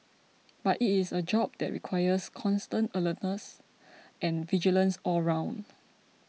but it is a job that requires constant alertness and vigilance all round